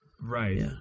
Right